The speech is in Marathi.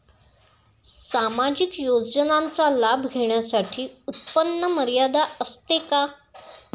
सामाजिक योजनांचा लाभ घेण्यासाठी उत्पन्न मर्यादा असते का?